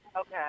Okay